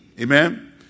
amen